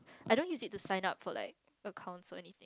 I don't use it to sign up for accounts or anything